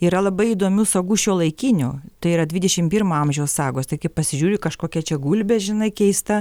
yra labai įdomių saugių šiuolaikinių tai yra dvidešim pirmo amžiaus sagos tai kai pasižiūri kažkokia čia gulbė žinai keista